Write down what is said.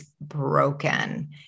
broken